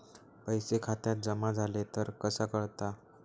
पैसे खात्यात जमा झाले तर कसा कळता?